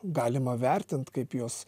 galima vertint kaip juos